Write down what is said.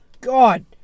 God